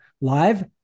live